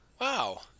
Wow